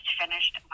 finished